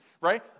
right